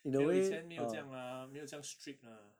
没有以前没有这样啦没有这样 strict lah